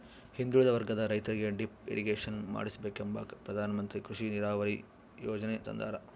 ಹಿಂದುಳಿದ ವರ್ಗದ ರೈತರಿಗೆ ಡಿಪ್ ಇರಿಗೇಷನ್ ಮಾಡಿಸ್ಕೆಂಬಕ ಪ್ರಧಾನಮಂತ್ರಿ ಕೃಷಿ ನೀರಾವರಿ ಯೀಜನೆ ತಂದಾರ